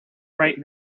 right